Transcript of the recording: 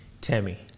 Tammy